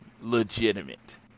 legitimate